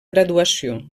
graduació